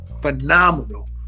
phenomenal